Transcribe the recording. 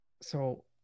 So-